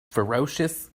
ferocious